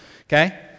Okay